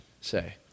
say